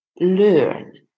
learn